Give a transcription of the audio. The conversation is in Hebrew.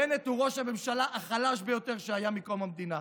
בנט הוא ראש הממשלה החלש ביותר שהיה מקום המדינה,